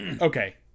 okay